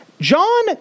John